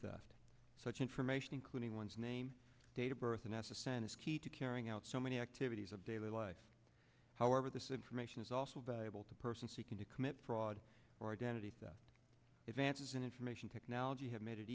theft such information including one's name date of birth an s s n is key to carrying out so many activities of daily life however this information is also valuable to a person seeking to commit fraud or identity the advances in information technology have made it